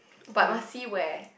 but must see where